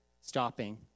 stopping